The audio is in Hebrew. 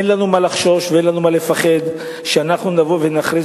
אין לנו מה לחשוש ואין לנו מה לפחד ונבוא ונכריז